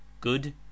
good